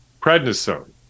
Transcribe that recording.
prednisone